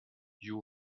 you